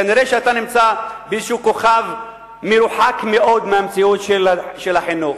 כנראה אתה נמצא בכוכב מרוחק מאוד מהמציאות של החינוך.